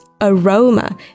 aroma